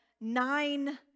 nine